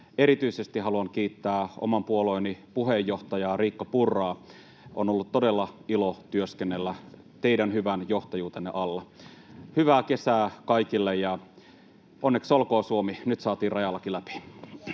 Erityisesti haluan kiittää oman puolueeni puheenjohtajaa, Riikka Purraa. On ollut todella ilo työskennellä teidän hyvän johtajuutenne alla. Hyvää kesää kaikille, ja onneksi olkoon, Suomi: nyt saatiin rajalaki läpi.